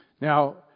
Now